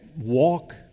walk